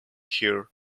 here